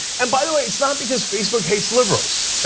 and by the way it's not because facebook hates liberals,